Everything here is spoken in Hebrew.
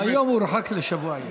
היום הוא הורחק לשבוע ימים.